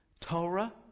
Torah